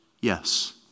yes